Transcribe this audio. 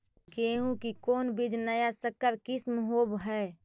गेहू की कोन बीज नया सकर के किस्म होब हय?